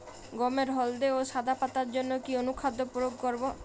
গমের হলদে ও সাদা পাতার জন্য কি অনুখাদ্য প্রয়োগ করব?